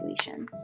situations